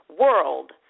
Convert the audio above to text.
world